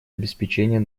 обеспечения